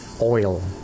oil